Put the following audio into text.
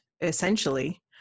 essentially